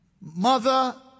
mother